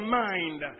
mind